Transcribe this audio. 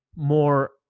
More